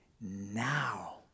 now